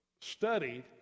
studied